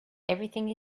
everything